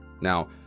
Now